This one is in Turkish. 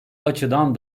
açıdan